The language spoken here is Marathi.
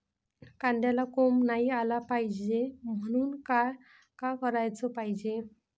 कांद्याला कोंब नाई आलं पायजे म्हनून का कराच पायजे?